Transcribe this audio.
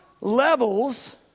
levels